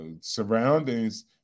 surroundings